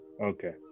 Okay